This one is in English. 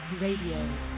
Radio